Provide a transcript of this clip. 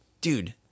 dude